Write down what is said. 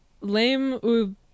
lame